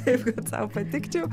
taip kad sau patikčiau